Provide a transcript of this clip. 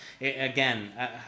again